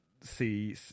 see